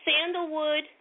sandalwood